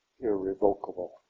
irrevocable